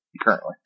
currently